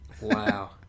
Wow